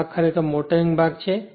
આ ભાગ ખરેખર એક મોટરિંગ ભાગ છે